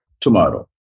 tomorrow